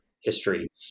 history